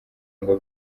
ngo